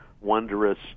wondrous